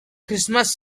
christmas